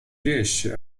riesce